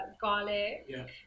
garlic